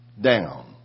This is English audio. down